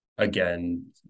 again